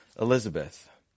Elizabeth